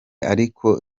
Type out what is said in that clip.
ariko